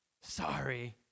Sorry